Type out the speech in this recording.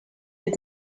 est